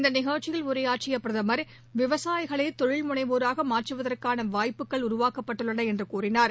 இந்த நிகழ்ச்சியில் உரையாற்றிய பிரதமர் விவசாயிகளை தொழில் முனைவோராக மாற்றுவதற்கான வாய்ப்புகள் உருவாக்கப்பட்டுள்ளன என்று தெரிவித்தார்